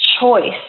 choice